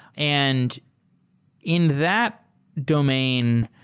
and in that domain,